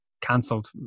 cancelled